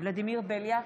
ולדימיר בליאק,